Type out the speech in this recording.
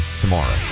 tomorrow